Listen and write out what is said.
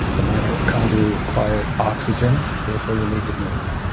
the mitochondria require oxygen, therefore you need to move.